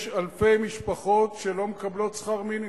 יש אלפי משפחות שלא מקבלות שכר מינימום,